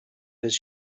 his